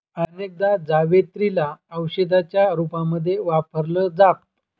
अनेकदा जावेत्री ला औषधीच्या रूपामध्ये वापरल जात